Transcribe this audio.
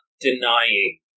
denying